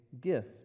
gift